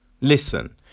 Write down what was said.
listen